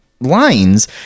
lines